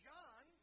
John